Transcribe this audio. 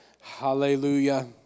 Hallelujah